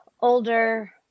older